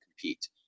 compete